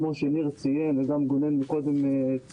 כמו שניר ציין וכמו שגונן ציין קודם,